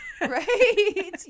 Right